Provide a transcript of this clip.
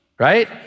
Right